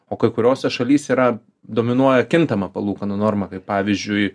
o kai kuriose šalys yra dominuoja kintama palūkanų norma kaip pavyzdžiui